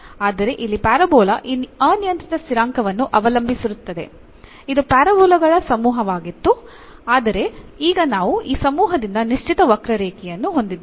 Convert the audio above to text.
ಆದರೆ ಇಲ್ಲಿ ಪ್ಯಾರಾಬೋಲಾ ಈ ಅನಿಯಂತ್ರಿತ ಸ್ಥಿರಾಂಕವನ್ನು ಅವಲಂಬಿಸಿರುತ್ತದೆ ಇದು ಪ್ಯಾರಾಬೋಲಾಗಳ ಸಮೂಹವಾಗಿತ್ತು ಆದರೆ ಈಗ ನಾವು ಈ ಸಮೂಹದಿಂದ ನಿಶ್ಚಿತ ವಕ್ರರೇಖೆಯನ್ನು ಹೊಂದಿದ್ದೇವೆ